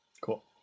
Cool